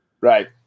Right